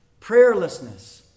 Prayerlessness